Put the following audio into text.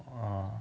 !wah!